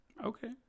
Okay